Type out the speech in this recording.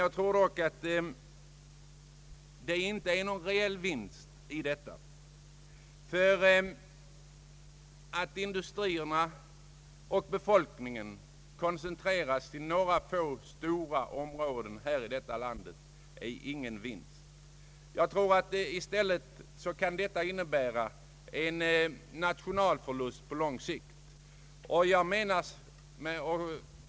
Jag tror dock inte att det är någon reell vinst i detta, ty att industrierna och befolkningen koncentreras till några få stora områden här i landet är ingen vinst. I stället kan det innebära en nationalförlust på lång sikt.